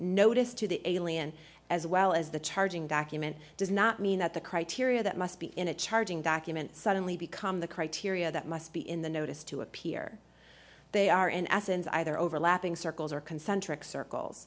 notice to the alien as well as the charging document does not mean that the criteria that must be in a charging document suddenly become the criteria that must be in the notice to appear they are in essence either overlapping circles or c